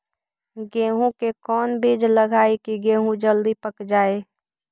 गेंहू के कोन बिज लगाई कि गेहूं जल्दी पक जाए?